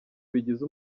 bigize